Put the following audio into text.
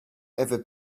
ever